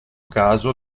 caso